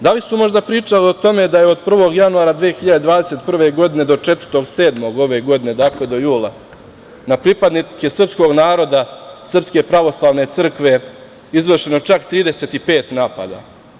Da li su možda pričali o tome da je od 1. januara 2021. godine do 4. jula ove godine, dakle do jula, na pripadnike srpskog naroda, Srpske pravoslavne crkve izvršeno čak 35 napada?